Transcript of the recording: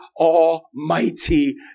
almighty